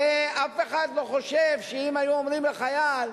הרי אף אחד לא חושב שאם היו אומרים לחייל: